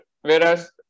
Whereas